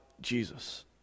Jesus